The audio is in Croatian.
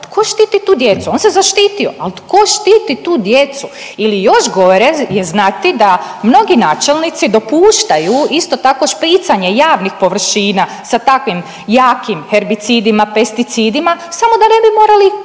tko štiti tu djecu, on se zaštitio, al tko štiti tu djecu. Ili još gore je znati da mnogi načelnici dopuštaju isto tako špricanje javnih površina sa takvim jakim herbicidima, pesticidima samo da ne bi morali